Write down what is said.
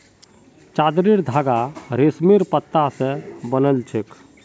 चादरेर धागा रेशमेर पत्ता स बनिल छेक